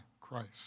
Christ